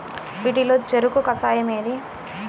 వీటిలో చెరకు కషాయం ఏది?